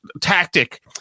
tactic